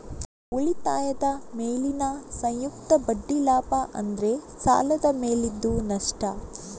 ಉಳಿತಾಯದ ಮೇಲಿನ ಸಂಯುಕ್ತ ಬಡ್ಡಿ ಲಾಭ ಆದ್ರೆ ಸಾಲದ ಮೇಲಿದ್ದು ನಷ್ಟ